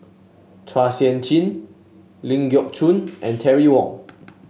Chua Sian Chin Ling Geok Choon and Terry Wong